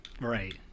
Right